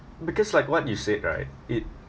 because like what you said right it